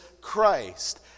Christ